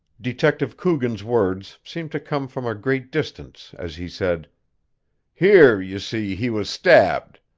detective coogan's words seemed to come from a great distance as he said here, you see, he was stabbed.